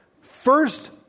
First